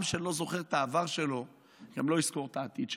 עם שלא זוכר את העבר שלו גם לא יזכור את העתיד שלו.